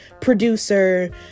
producer